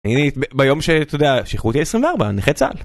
ביום שאתה יודע, שחררו אותי על 24, נכה צהל.